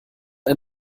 ein